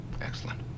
Excellent